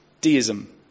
deism